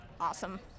awesome